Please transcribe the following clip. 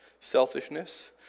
selfishness